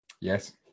Yes